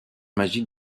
magique